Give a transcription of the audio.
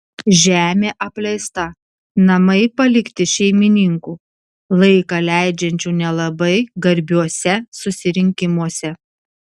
žemė apleista namai palikti šeimininkų laiką leidžiančių nelabai garbiuose susirinkimuose